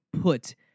put